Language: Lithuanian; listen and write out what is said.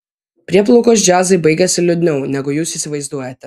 prieplaukos džiazai baigiasi liūdniau negu jūs įsivaizduojate